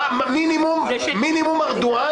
מינימום ארדואן.